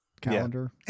calendar